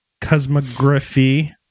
Cosmography